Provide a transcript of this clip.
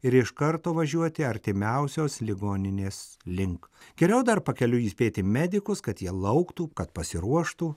ir iš karto važiuoti artimiausios ligoninės link geriau dar pakeliui įspėti medikus kad jie lauktų kad pasiruoštų